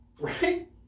Right